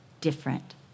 different